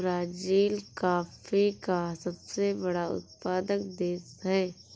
Brazil coffee का सबसे बड़ा उत्पादक देश है